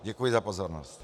Děkuji za pozornost.